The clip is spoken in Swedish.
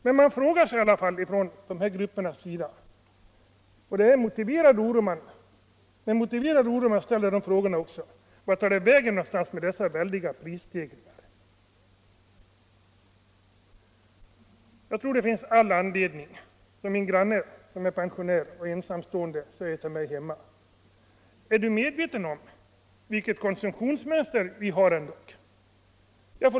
Men dessa grupper undrar och det är en motiverad oro: Vart tar det vägen med dessa väldiga prisstegringar? Min granne, som är pensionär och ensamstående, frågade mig: Är du medveten om vilket konsumtionsmönster vi pensionärer har?